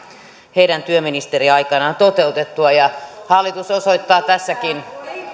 heidän työministeriaikanaan toteutettua ja hallitus osoittaa tässäkin